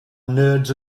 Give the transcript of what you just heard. nerds